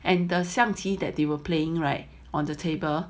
and the 象棋 that they were playing right on the table